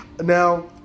now